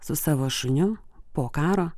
su savo šuniu po karo